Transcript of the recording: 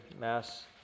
Mass